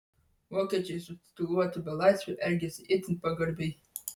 vokiečiai su tituluotu belaisviu elgėsi itin pagarbiai